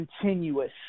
continuous